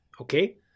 Okay